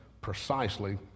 precisely